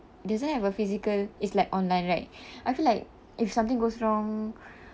doesn't have a physical it's like online right I feel like if something goes wrong